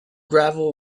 gravel